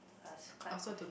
I was quite confused